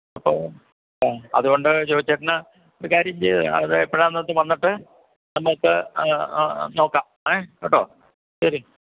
അപ്പോൾ ആ അതുകൊണ്ട് ജോയിച്ചേട്ടന് ഒരു കാര്യം ചെയ്യു അത് എപ്പോഴാണ് എന്ന് വെച്ചാൽ വന്നിട്ട് വന്നിട്ട് നോക്കാം ഏ കേട്ടോ ശരി